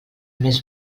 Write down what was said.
més